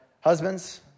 husbands